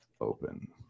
Open